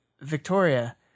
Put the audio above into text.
Victoria